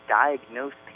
diagnose